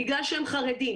בגלל שהם חרדים,